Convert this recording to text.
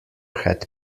had